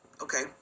Okay